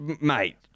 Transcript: Mate